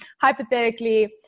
hypothetically